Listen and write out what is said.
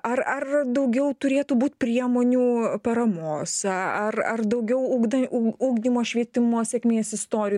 ar ar daugiau turėtų būt priemonių paramos ar ar daugiau ugda u ugdymo švietimo sėkmės istorijų